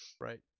Right